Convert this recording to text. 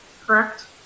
correct